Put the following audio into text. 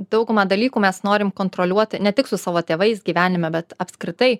daugumą dalykų mes norim kontroliuoti ne tik su savo tėvais gyvenime bet apskritai